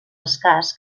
escàs